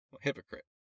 hypocrite